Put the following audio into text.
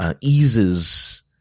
eases –